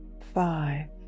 five